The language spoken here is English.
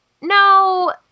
no